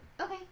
okay